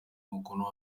umukono